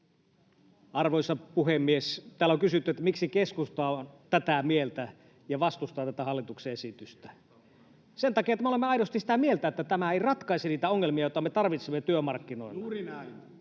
Arvoisa puhemies! Täällä on kysytty, miksi keskusta on tätä mieltä ja vastustaa tätä hallituksen esitystä. Sen takia, että me olemme aidosti sitä mieltä, että tämä ei ratkaise niitä ongelmia, joita meidän tarvitsee ratkaista työmarkkinoilla.